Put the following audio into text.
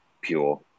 pure